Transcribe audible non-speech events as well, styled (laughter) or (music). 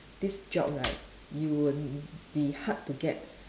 this job right (noise) you will be hard to get